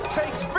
takes